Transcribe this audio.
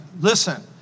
Listen